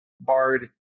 BARD